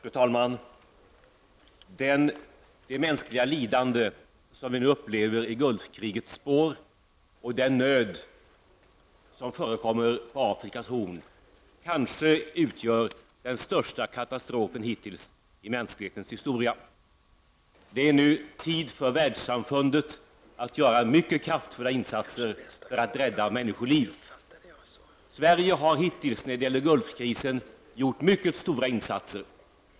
Fru talman! Det mänskliga lidande som vi nu upplever i Gulfkrigets spår och den nöd som förekommer på Afrikas horn kanske utgör den största katastrofen hittills i mänsklighetens historia. Det är nu tid för världssamfundet att göra mycket kraftfulla insatser för att rädda människoliv. När det gäller Gulfkrisen har Sverige hittills gjort mycket stora insatser.